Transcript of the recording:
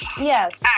Yes